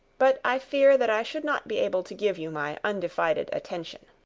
but i fear that i should not be able to give you my undivided attention.